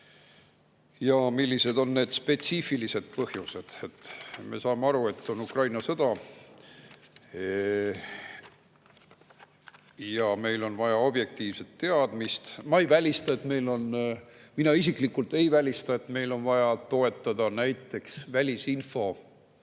ja millised on need spetsiifilised põhjused? Me saame aru, et on Ukraina sõda ja meil on vaja objektiivset teadmist. Mina isiklikult ei välista, et meil on vaja toetada näiteks välisinfo